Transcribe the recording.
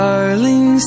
Darling